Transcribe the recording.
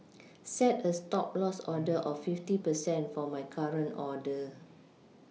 set a stop loss order of fifty percent for my current order